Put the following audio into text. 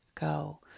go